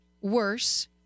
worse